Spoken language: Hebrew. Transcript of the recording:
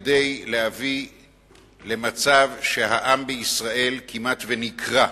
כדי להביא למצב שהעם בישראל כמעט ונקרע.